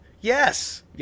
Yes